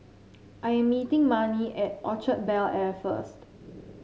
I'm meeting Marnie at Orchard Bel Air first